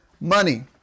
money